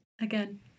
Again